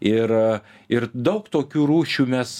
ir ir daug tokių rūšių mes